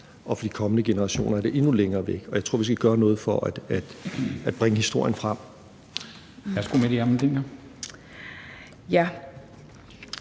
og for de kommende generationer er det endnu længere væk, og jeg tror, vi skal gøre noget for at bringe historien frem. Kl. 13:30 Formanden (Henrik Dam